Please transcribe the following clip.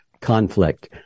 conflict